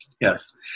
Yes